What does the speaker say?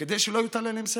כדי שלא יוטל עליהם סגר.